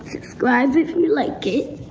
subscribe if you like it.